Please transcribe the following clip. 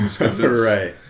Right